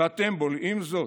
ואתם בולעים זאת?